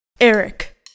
Eric